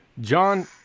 John